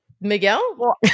Miguel